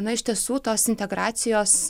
na iš tiesų tos integracijos